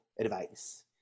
advice